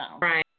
Right